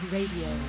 Radio